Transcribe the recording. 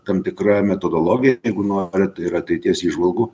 tam tikra metodologija jeigu norit yra ateities įžvalgų